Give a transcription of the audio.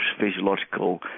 physiological